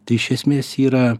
tai iš esmės yra